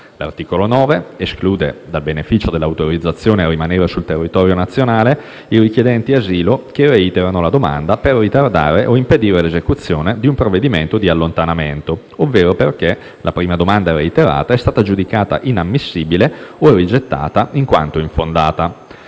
L'articolo 9 esclude dal beneficio dell'autorizzazione a rimanere sul territorio nazionale i richiedenti asilo che reiterano la domanda per ritardare o impedire l'esecuzione di un provvedimento di allontanamento ovvero perché la prima domanda reiterata è stata giudicata inammissibile o rigettata in quanto infondata.